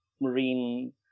marine